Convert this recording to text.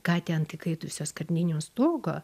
katę ant įkaitusio skardinio stogo